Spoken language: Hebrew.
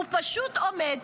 הוא פשוט עומד,